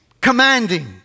commanding